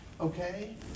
okay